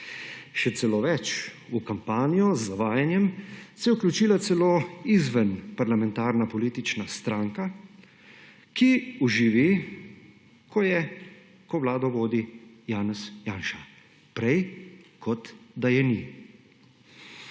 Še celo več, v kampanjo z zavajanjem se je vključila celo izvenparlamentarna politična stranka, ki oživi, ko vlado vodi Janez Janša. Prej − kot da je ni!